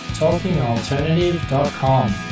talkingalternative.com